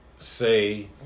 Say